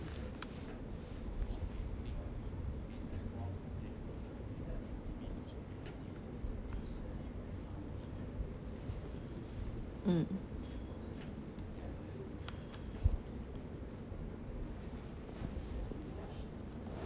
mm